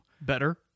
better